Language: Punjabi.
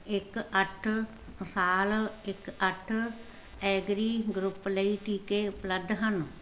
ਇੱਕ ਅੱਠ ਸਾਲ ਇੱਕ ਅੱਠ ਐਗਰੀ ਗਰੁੱਪ ਲਈ ਟੀਕੇ ਉਪਲੱਬਧ ਹਨ